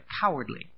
cowardly